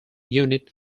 unit